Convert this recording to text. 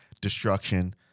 destruction